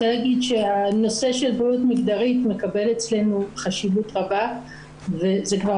אני רוצה להגיד שנושא של בריאות מגדרית מקבל אצלנו חשיבות רבה זה כבר